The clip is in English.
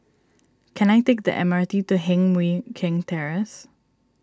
can I take the M R T to Heng Mui Keng Terrace